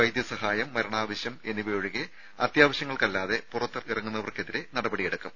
വൈദ്യസഹായം മരണാവശ്യം എന്നിവ ഒഴികെ അത്യാവശ്യങ്ങൾക്കല്ലാതെ പുറത്തിറങ്ങുന്നവർക്കെതിരെ നടപടിയെടുക്കും